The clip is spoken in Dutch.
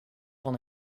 van